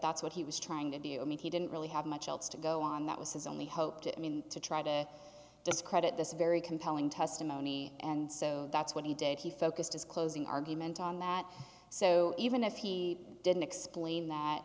that's what he was trying to do i mean he didn't really have much else to go on that was his only hope to i mean to try to discredit this very compelling testimony and so that's what he did he focused his closing argument on that so even if he didn't explain that